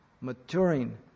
maturing